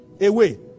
away